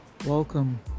Welcome